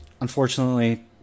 unfortunately